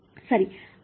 ಸರಿ